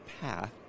path